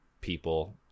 people